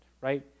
right